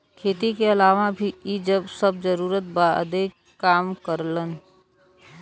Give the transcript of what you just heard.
खेती के अलावा भी इ सब जरूरत बदे काम करलन